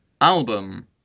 album